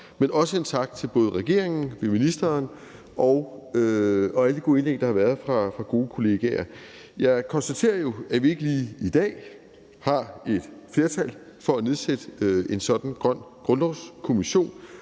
men også en tak til både regeringen ved ministeren og alle de gode indlæg, der har været fra gode kollegaer. Jeg konstaterer jo, at vi ikke lige i dag har et flertal for at nedsætte en sådan grøn grundlovskommission,